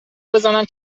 بزنم